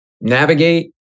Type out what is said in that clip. navigate